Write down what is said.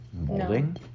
molding